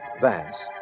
Vance